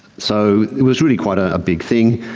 so it was really quite a big thing.